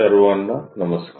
सर्वांना नमस्कार